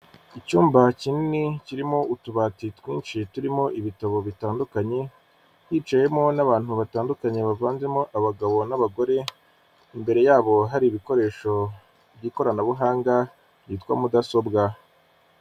Icyumba kinini kirimo utubati twinshi turimo ibitabo bitandukanye hicayemo n'abantu batandukanye bavanzemo abagabo n'abagore, imbere yabo hari ibikoresho by'ikoranabuhanga byitwa mudasobwa.